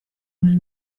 nel